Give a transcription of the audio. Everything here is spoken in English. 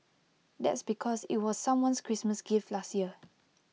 that's because IT was someone's Christmas gift last year